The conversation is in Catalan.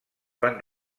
van